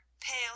pale